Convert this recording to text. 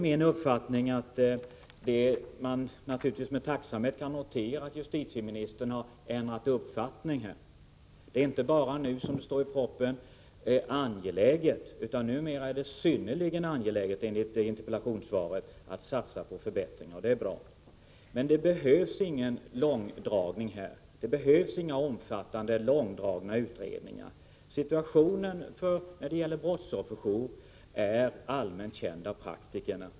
Men man kan naturligtvis med tacksamhet notera att justitieministern här har ändrat uppfattning — det är nu inte bara, som det heter i propositionen, ”angeläget” utan enligt interpellationssvaret är det ”synnerligen angeläget” att satsa på förbättringar på det här området, och det är bra. Men det behövs inga omfattande, långdragna utredningar här. Situationen när det gäller brottsofferjour är allmänt känd av praktikerna.